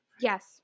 Yes